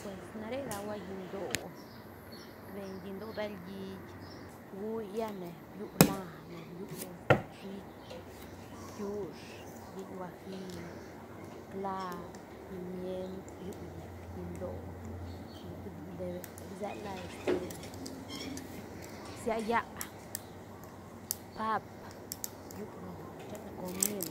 Pues nare da hua llindó be- llindó bel hiit bgu llane viu lane viu shiiht, bkiush lliñ huaji, claab, pimient, viu llic llindóga bsisela este bsia yä, paap viu loga chene comín,